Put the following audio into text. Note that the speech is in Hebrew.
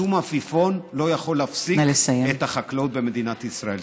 שום עפיפון לא יכול להפסיק את החקלאות במדינת ישראל.